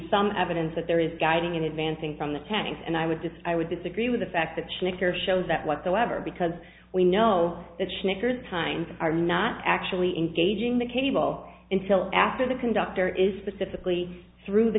some evidence that there is guiding and advancing from the tank and i would decide i would disagree with the fact that she may care shows that whatsoever because we know that she knickers kind are not actually engaging the cable until after the conductor is specifically through the